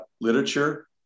literature